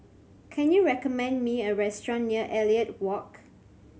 can you recommend me a restaurant near Elliot Walk